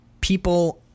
people